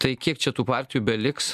tai kiek čia tų partijų beliks